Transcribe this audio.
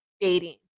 dating